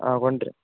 അ കൊണ്ട് വരാം